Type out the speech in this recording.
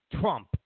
Trump